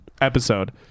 episode